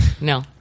No